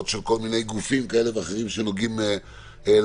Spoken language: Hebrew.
של כל מיני גופים כאלה ואחרים שנוגעים לעניין.